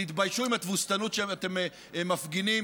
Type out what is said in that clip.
תתביישו עם התבוסתנות שאתם מפגינים,